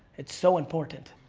it's so important.